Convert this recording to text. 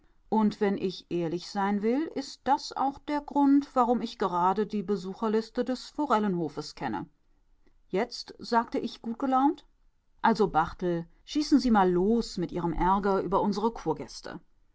und wenn ich ehrlich sein will ist das auch der grund warum ich gerade die besucherliste des forellenhofes kenne jetzt sagte ich gutgelaunt also barthel schießen sie mal los mit ihrem ärger über unsere